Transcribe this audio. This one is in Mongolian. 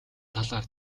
талаас